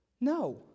No